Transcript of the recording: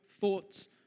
thoughts